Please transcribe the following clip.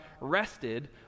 rested